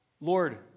Lord